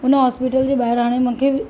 हुन हॉस्पीटल जे ॿाहिरि हाणे मूंखे